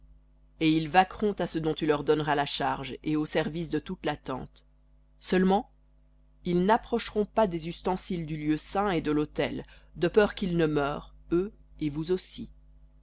et ils vaqueront à ce dont tu leur donneras la charge et au service de toute la tente seulement ils n'approcheront pas des ustensiles du lieu saint et de l'autel de peur qu'ils ne meurent eux et vous aussi